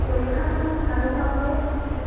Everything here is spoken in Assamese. পৰীক্ষাতো মোক ভালে হোৱা বুলিয়েই কৈছিলে